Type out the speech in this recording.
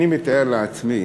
אני מתאר לעצמי